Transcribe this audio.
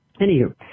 Anywho